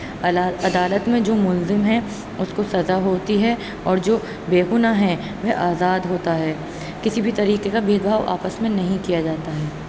حلال عدالت میں جو ملزم ہیں اُس کو سزا ہوتی ہے اور جو بےگناہ ہیں وہ آزاد ہوتا ہے کسی بھی طریقے کا بھید بھاؤ آپس میں نہیں کیا جاتا ہے